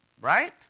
right